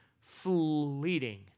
fleeting